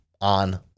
on